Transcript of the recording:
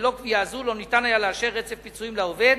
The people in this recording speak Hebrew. ללא קביעה זו לא ניתן היה לאשר רצף פיצויים לעובד,